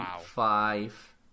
five